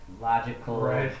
logical